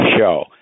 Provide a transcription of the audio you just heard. show